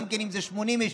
גם אם זה 80 איש,